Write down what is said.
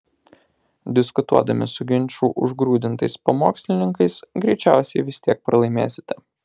diskutuodami su ginčų užgrūdintais pamokslininkais greičiausiai vis tiek pralaimėsite